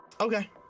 Okay